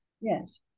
yes